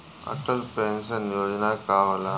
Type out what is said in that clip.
Atal pension योजना का होला?